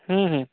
हूँ हूँ